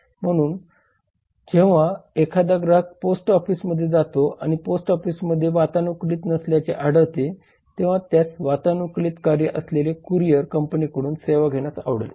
म्हणून जेव्हा एखादा ग्राहक पोस्ट ऑफिसमध्ये जातो आणि पोस्ट ऑफिसमध्ये वातानुकूलन नसल्याचे आढळते तेंव्हा त्यास वातानुकूलित कार्यालय असलेल्या कुरियर कंपनीकडून सेवा घेण्यास आवडेल